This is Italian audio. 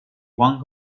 juan